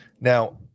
Now